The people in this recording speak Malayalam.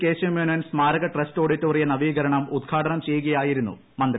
കേശവമേനോൻ സ്മാരക ട്രസ്റ്റ് ഓഡിറ്റോറിയ നവീകരണം ഉദ്ഘാടനം ചെയ്യുകയായിരുന്നു മന്ത്രി